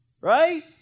Right